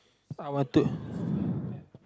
I want to